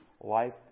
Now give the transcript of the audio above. life